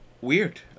Weird